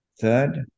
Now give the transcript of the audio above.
Third